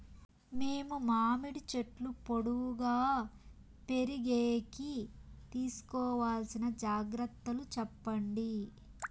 మేము మామిడి చెట్లు పొడువుగా పెరిగేకి తీసుకోవాల్సిన జాగ్రత్త లు చెప్పండి?